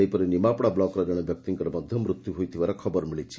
ସେହିପରି ନିମାପଡ଼ା ବ୍ଲକ୍ର ଜଶେ ବ୍ୟକ୍ତିଙ୍କର ମଧ ମୃତ୍ଧୁ ହୋଇଥିବା ଖବର ମିଳିଛି